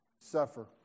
Suffer